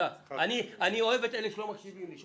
אני אוהב את אלה שלא מקשיבים לי.